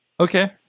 Okay